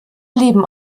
leben